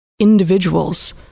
individuals